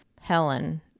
Helen